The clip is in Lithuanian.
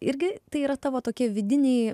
irgi tai yra tavo tokie vidiniai